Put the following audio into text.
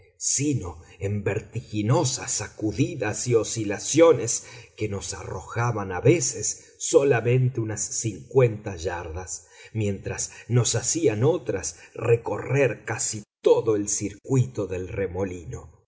sino en vertiginosas sacudidas y oscilaciones que nos arrojaban a veces solamente unas cincuenta yardas mientras nos hacían otras recorrer casi todo el circuito del remolino